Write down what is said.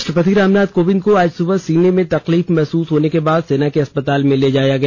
राष्ट्रपति रामनाथ कोविंद को आज सुबह सीने में तकलीफ महसूस होने के बाद सेना के अस्पताल में ले जाया गया